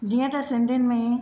जीअं त सिंधियुनि में